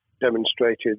demonstrated